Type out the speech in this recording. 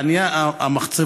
יש עניין המחצבות,